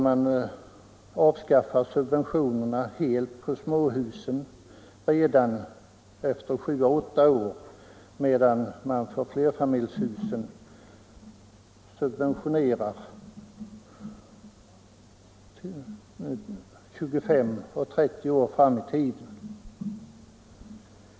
Man avskaffar subventionerna helt för småhusen redan efter 7-8 år medan man för flerfamiljshusen subventionerar 25-30 år fram i tiden.